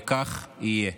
וכך יהיה.